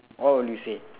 what would you say